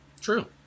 True